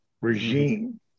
regime